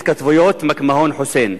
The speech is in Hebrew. התכתבויות מקמהון-חוסיין.